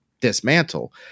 dismantle